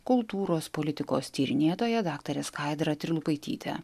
kultūros politikos tyrinėtoja daktare skaidra trilupaityte